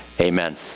Amen